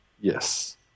Yes